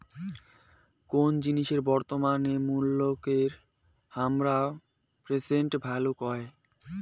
কোন জিনিসের বর্তমান মুল্যকে হামরা প্রেসেন্ট ভ্যালু কহে